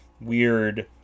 weird